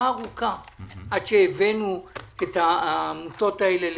ארוכה עד שהבאנו את העמותות האלו לאישור.